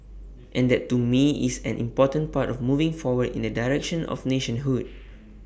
and that to me is an important part of moving forward in the direction of nationhood